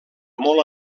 molt